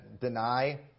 deny